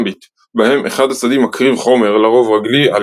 בהם אחד הצדדים מקריב חומר – לרוב רגלי –